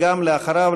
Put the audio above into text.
ואחריו,